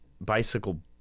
Bicycle